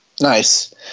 Nice